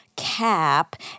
cap